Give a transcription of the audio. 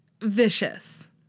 vicious